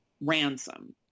Ransom